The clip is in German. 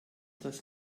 das